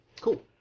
cool